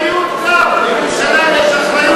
יש גם אחריות, לממשלה יש אחריות.